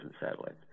satellites